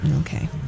Okay